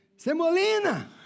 Semolina